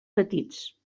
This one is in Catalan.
petits